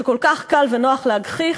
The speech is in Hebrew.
שכל כך קל ונוח להגחיך,